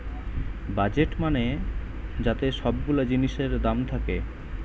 budget মানে যাতে সব গুলা জিনিসের দাম থাকে